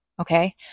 Okay